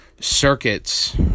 Circuits